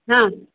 हां